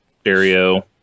Stereo